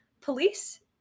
Police